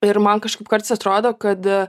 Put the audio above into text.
ir man kažkaip kartais atrodo kad